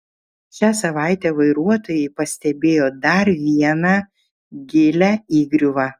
šią savaitę vairuotojai pastebėjo dar vieną gilią įgriuvą